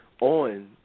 on